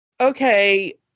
Okay